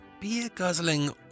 beer-guzzling